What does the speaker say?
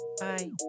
bye